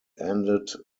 ended